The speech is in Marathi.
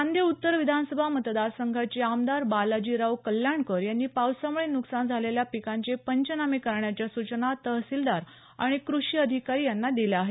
नांदेड उत्तर विधानसभा मतदारसंघाचे आमदार बालाजीराव कल्याणकर यांनी पावसामुळे नुकसान झालेल्या पिकाचे पंचनामे करण्याच्या सुचना तहसीलदार आणि कृषी अधिकारी यांना दिल्या आहेत